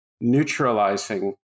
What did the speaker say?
neutralizing